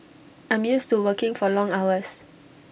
I'm used to working for long hours